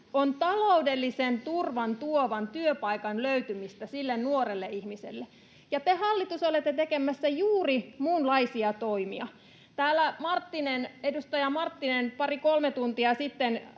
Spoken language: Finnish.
on taloudellisen turvan tuovan työpaikan löytymistä sille nuorelle ihmiselle, ja te, hallitus, olette tekemässä juuri muunlaisia toimia. Täällä edustaja Marttinen pari kolme tuntia sitten